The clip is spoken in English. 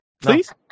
Please